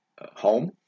home